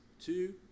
two